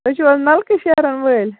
تُہۍ چھُو حظ نَلکہٕ شیرَن وٲلۍ